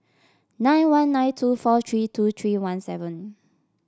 nine one nine two four three two three one seven